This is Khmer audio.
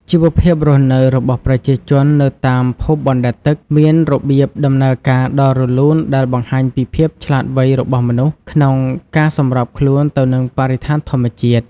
ជីវភាពរស់នៅរបស់ប្រជាជននៅតាមភូមិបណ្ដែតទឹកមានរបៀបដំណើរការដ៏រលូនដែលបង្ហាញពីភាពឆ្លាតវៃរបស់មនុស្សក្នុងការសម្របខ្លួនទៅនឹងបរិស្ថានធម្មជាតិ។